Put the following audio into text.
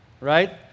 Right